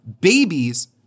babies